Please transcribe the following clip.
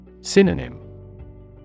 Synonym